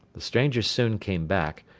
the stranger soon came back,